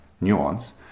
nuance